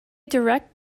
direct